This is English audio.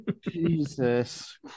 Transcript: Jesus